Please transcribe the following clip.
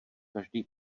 každý